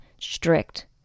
strict